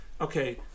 Okay